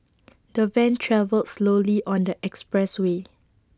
the van travelled slowly on the expressway